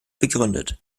begründet